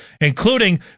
including